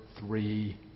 three